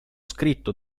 scritto